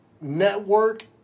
network